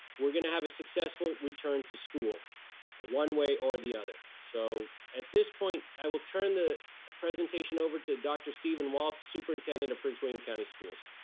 we're gonna have a successful return to school one way or the other. so at this point, i will turn the presentation over to dr. steven walts, superintendent of prince william county schools.